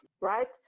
right